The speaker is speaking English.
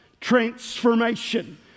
Transformation